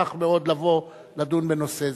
תשמח מאוד לבוא לדון בנושא זה.